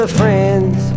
friends